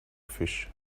fish